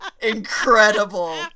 incredible